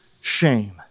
shame